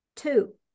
two